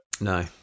no